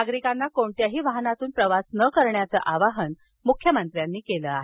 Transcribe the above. नागरिकांना कोणत्याही वाहनातून प्रवास न करण्याचं आवाहन मुख्यमंत्र्यांनी केलं आहे